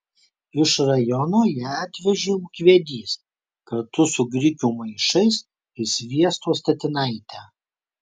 iš rajono ją atvežė ūkvedys kartu su grikių maišais ir sviesto statinaite